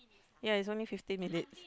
ya it's only fifteen minutes